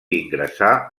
ingressà